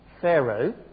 Pharaoh